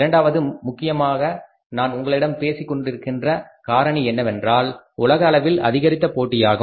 இரண்டாவது முக்கியமான நான் உங்களிடம் பேசிக் கொண்டிருக்கின்ற காரணி என்னவென்றால் உலக அளவில் அதிகரித்த போட்டியாகும்